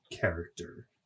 character